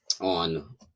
on